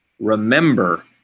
Remember